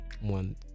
one